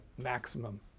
maximum